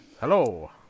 Hello